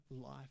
life